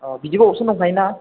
औ बिदिबो अपसन दंखायो ना